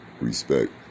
respect